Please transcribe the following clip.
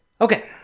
Okay